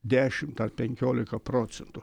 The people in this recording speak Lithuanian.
dešimt ar penkiolika procentų